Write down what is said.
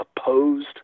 opposed